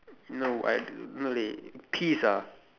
no I no dey peas ah